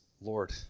Lord